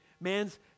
man's